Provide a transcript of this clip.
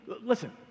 listen